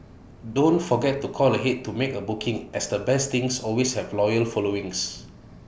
don't forget to call ahead to make A booking as the best things always have loyal followings